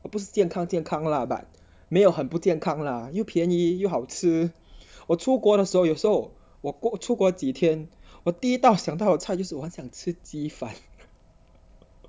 不是健康健康 lah but 没有很不健康 lah 又便宜又好吃我出国的时候有时候我国出过几天我第一道想到的菜就是我很想吃鸡饭